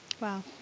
Wow